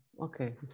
Okay